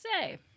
say